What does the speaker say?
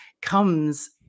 comes